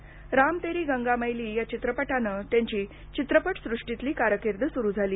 राम तेरी गंगा मैली या चित्रपटानं त्यांची चित्रपट सुष्टीतली कारकीर्द सुरू झाली